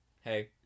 hey